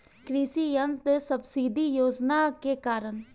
कृषि यंत्र सब्सिडी योजना के कारण?